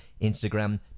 Instagram